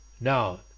Now